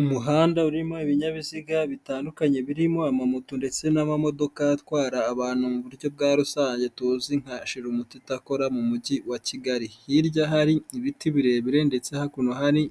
Umuhanda urimo ibinyabiziga bitandukanye birimo amamoto ndetse n'amamodoka atwara abantu mu buryo bwa rusange tuzi nka shirumuteto, akora mu mujyi wa Kigali, hirya hari ibiti birebire ndetse hakuno hari